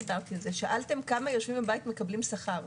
שאלתם כמה יושבים בבית ומקבלים שכר.